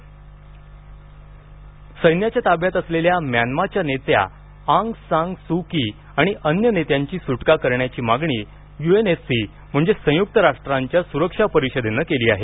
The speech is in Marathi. यु एन सैन्याच्या ताब्यात असलेल्या म्यानमा च्या नेत्या आंग सान सू ची आणि अन्य नेत्यांची सुटका करण्याची मागणी यूएनएससी म्हणजे संयुक्त राष्ट्रांच्या सुरक्षा परिषदेन केली आहे